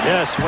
Yes